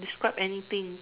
describe anything